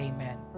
Amen